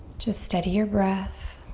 just steady your breath.